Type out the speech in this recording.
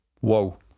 Whoa